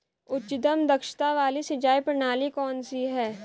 उच्चतम दक्षता वाली सिंचाई प्रणाली कौन सी है?